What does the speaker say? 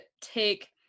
take